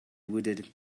wooded